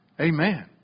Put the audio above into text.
Amen